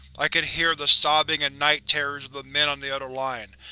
i could hear the sobbing and night terrors of the men on the other line,